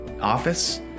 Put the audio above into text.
office